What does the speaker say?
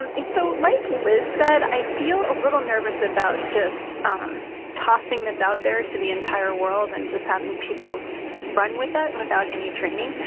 and so. like liz said, i feel a little nervous about just tossing this out there to the entire world and just having people run with it without any training.